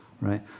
right